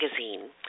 Magazine